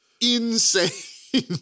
insane